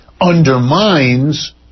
undermines